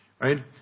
right